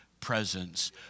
presence